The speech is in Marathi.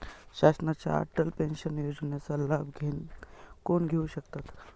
शासनाच्या अटल पेन्शन योजनेचा लाभ कोण घेऊ शकतात?